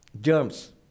germs